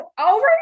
over